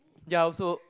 ya also